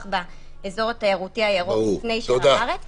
באזור התיירותי הירוק לפני שאר הארץ -- ברור.